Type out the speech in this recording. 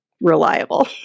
reliable